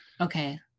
Okay